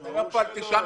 אתה מדבר פה על 8 מיליון.